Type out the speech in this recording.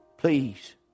Please